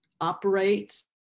operates